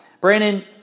Brandon